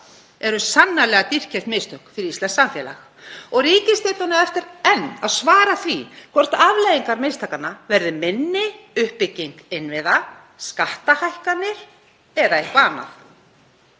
eru sannarlega dýrkeypt mistök fyrir íslenskt samfélag. Ríkisstjórnin á eftir enn að svara því hvort afleiðingar mistakanna verði minni uppbygging innviða, skattahækkanir eða eitthvað annað.